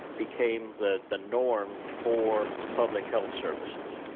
became the the norm for public health services.